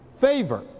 favor